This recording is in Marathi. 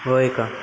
होय का